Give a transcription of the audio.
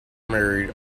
married